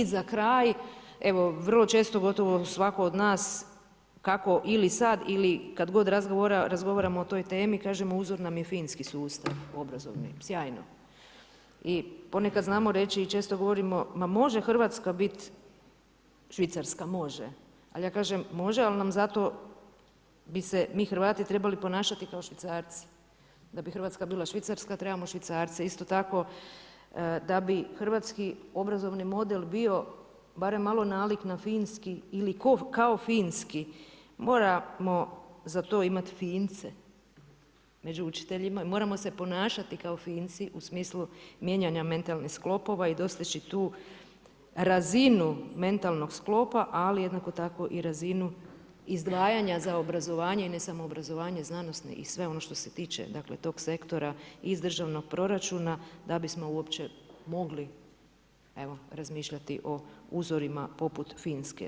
I za kraj, evo, vrlo često gotovo svatko od nas kako ili sad ili kad god razgovaramo o toj temi kažemo uzor nam je Finski sustav u obrazovni, sjajno, i ponekad znamo reći i često govorimo ma može Hrvatska bit Švicarska, može, ali ja kažem može al nam zato bi se mi Hrvati trebali ponašati kao Švicarci, da bi Hrvatska bila Švicarska trebamo švicarce, isto tako da bi Hrvatski obrazovni model bio barem malo nalik na finski ili kao finski moramo za to imati fince među učiteljima i moramo se ponašati kao finci u smislu mijenjanja mentalnih sklopova i dostići tu razinu mentalnog sklopa ali jednako tako i razinu izdvajanje za obrazovanje i ne samo ,obrazovanje znanosne i sve ono što se tiče dakle tog sektora iz državnog proračuna da bismo uopće mogli evo razmišljati o uzorima poput Finske.